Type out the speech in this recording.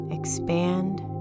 Expand